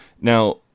Now